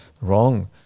wrong